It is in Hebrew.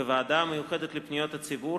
בוועדה המיוחדת לפניות הציבור,